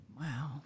Wow